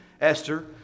Esther